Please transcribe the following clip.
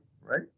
right